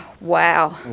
Wow